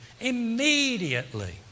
immediately